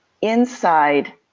inside